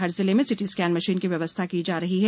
हर जिले में CT scan machine की व्यवस्था की जा रही है